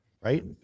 right